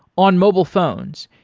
on mobile phones,